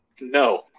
No